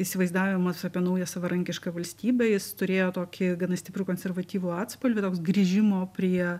įsivaizdavimas apie naują savarankišką valstybę jis turėjo tokį gana stiprų konservatyvų atspalvį toks grįžimo prie